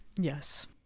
Yes